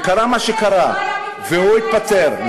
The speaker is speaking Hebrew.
וקרה מה שקרה, והוא התפטר.